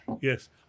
yes